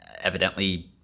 evidently